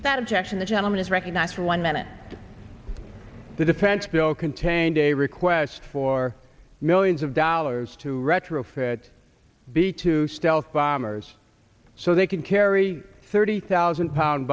that objection the gentleman is recognized for one minute the defense bill contained a request for millions of dollars to retrofit b two stealth bombers so they can carry thirty thousand pound